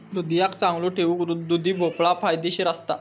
हृदयाक चांगलो ठेऊक दुधी भोपळो फायदेशीर असता